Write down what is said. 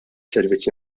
servizzi